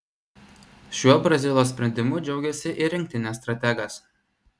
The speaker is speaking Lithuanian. šiuo brazilo sprendimu džiaugėsi ir rinktinės strategas